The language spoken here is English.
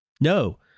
No